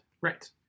Right